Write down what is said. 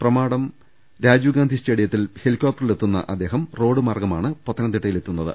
പ്രമാടം രാജീവ്ഗാന്ധി സ്റ്റേഡിയത്തിൽ ഹെലി കോപ്ടറിൽ ഇറങ്ങുന്ന അദ്ദേഹം റോഡ് മാർഗമാണ് പത്തനംതിട്ടയിലെത്തു ന്നത്